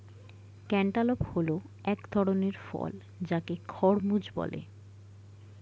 cantaloupe হল এক ধরণের ফল যাকে খরমুজ বলে